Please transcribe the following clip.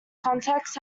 context